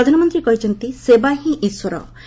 ପ୍ରଧାନମନ୍ତ୍ରୀ କହିଛନ୍ତି ସେବା ହିଁ ଇଶ୍ୱର